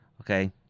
Okay